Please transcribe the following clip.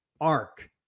arc